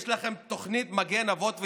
יש לכם תוכנית, מגן אבות ואימהות,